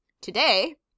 today